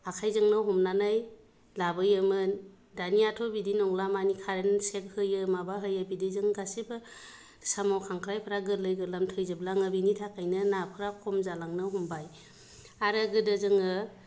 आखाइजोंनो हमनानै लाबोयोमोन दानियाथ' बिदि नंला माने कारेनसो होयो माबा होयो बिदिजों गोसैबो साम' खांख्राइफोरा गोरलै गोरलांयावनो थैजोबलाङो बिनि थाखायनो नाफोरा खम जालांनो हमबाय आरो गोदो जोङो